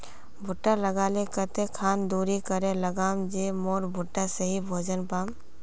भुट्टा लगा ले कते खान दूरी करे लगाम ज मोर भुट्टा सही भोजन पाम?